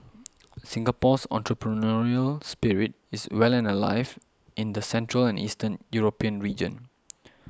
Singapore's entrepreneurial spirit is well and alive in the central and Eastern European region